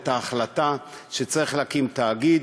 את ההחלטה שצריך להקים תאגיד,